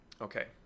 okay